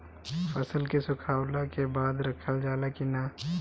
फसल के सुखावला के बाद रखल जाला कि न?